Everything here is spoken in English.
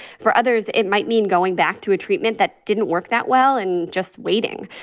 for others, it might mean going back to a treatment that didn't work that well and just waiting.